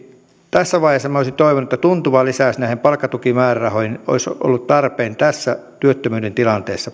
tässä vaiheessa tuntuva lisäys näihin palkkatukimäärärahoihin olisi ollut tarpeen tässä pitkäaikaistyöttömyyden tilanteessa